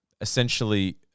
essentially